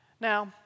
Now